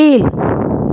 கீழ்